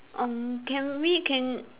uh can we can